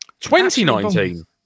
2019